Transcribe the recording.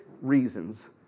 reasons